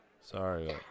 sorry